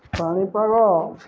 ପାଣିପାଗ